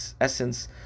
essence